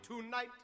tonight